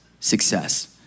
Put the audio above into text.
Success